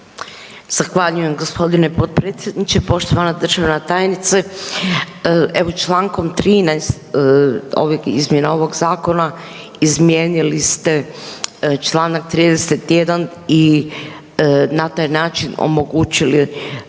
Zahvaljujem g. potpredsjedniče. Poštovana državna tajnice, evo čl. 13. izmjena ovog zakona izmijenili ste čl. 31. i na taj način omogućili